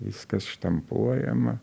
viskas štampuojama